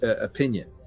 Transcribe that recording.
opinion